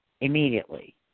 immediately